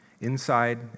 Inside